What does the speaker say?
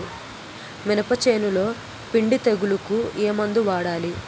మినప చేనులో పిండి తెగులుకు ఏమందు వాడాలి?